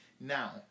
Now